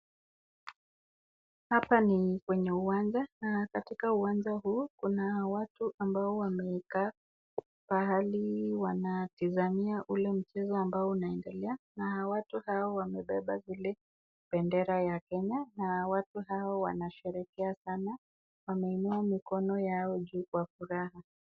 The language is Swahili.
Hapa ni kwenye uwanja, na katika uwanja huu kuna watu ambao wamekaa pahali wanatizamia ule mchezo ambao unaendelea na watu hao wamebeba vile vile bendera ya Kenya na watu hao wnasherehekea sana wameinua mikono yao juu kwa furaha.